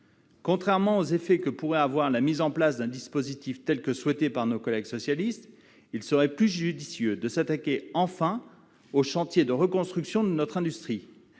À rebours des effets que pourrait avoir la mise en place d'un dispositif tel que celui que souhaitent nos collègues socialistes, il serait plus judicieux de s'attaquer enfin au chantier de la reconstruction de notre industrie,